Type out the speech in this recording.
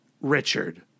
Richard